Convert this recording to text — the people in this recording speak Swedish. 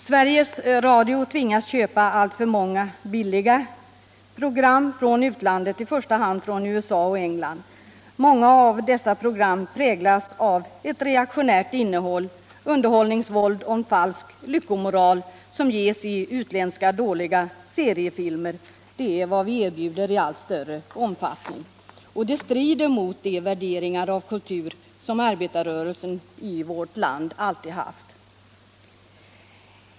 Sveriges Radio tvingas köpa alltför många ”billiga” program från utlandet, i första hand från USA och England. Många av dessa program präglas av reaktionärt innehåll, underhållningsvåld och falsk lyckomoral, presenterat i utländska dåliga seriefilmer. Det är vad vi erbjuder i allt större omfattning. Och det strider mot de värderingar av kultur som arbetarrörelsen i vårt land alltid har haft.